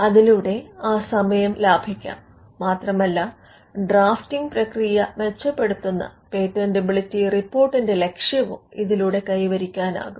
അതിലൂടെ ആ സമയം ലാഭിക്കാം മാത്രമല്ല ഡ്രാഫ്റ്റിംഗ് പ്രക്രിയ മെച്ചപ്പെടുത്തുന്ന പേറ്റന്റബിലിറ്റി റിപ്പോർട്ടിന്റെ ലക്ഷ്യവും ഇതിലൂടെ കൈവരിക്കാനാകും